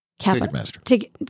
Ticketmaster